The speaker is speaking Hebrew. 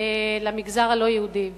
במגזר הלא-יהודי.